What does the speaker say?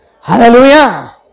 Hallelujah